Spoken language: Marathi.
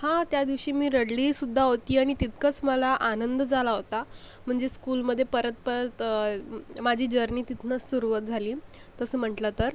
हां त्या दिवशी मी रडलीसुद्धा होती आणि तितकंस मला आनंद झाला होता म्हणजे स्कूलमध्ये परत परत माझी जर्नी तिथनंस सुरवात झाली तसं म्हटलं तर